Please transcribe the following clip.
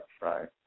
right